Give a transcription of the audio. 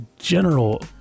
general